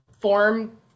form